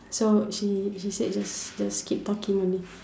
so she she said just just keep talking only